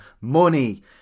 money